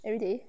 everyday